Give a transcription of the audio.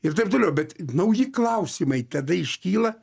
ir taip toliau bet nauji klausimai tada iškyla